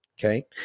Okay